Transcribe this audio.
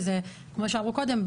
שזה כמו שאמרו קודם,